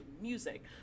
music